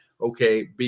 okay